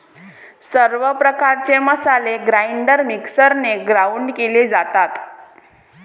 सर्व प्रकारचे मसाले ग्राइंडर मिक्सरने ग्राउंड केले जातात